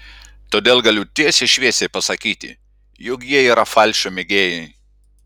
todėl galiu tiesiai šviesiai pasakyti jog jie yra falšo mėgėjai